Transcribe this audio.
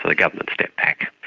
ah government stepped back.